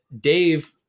Dave